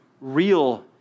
real